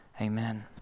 amen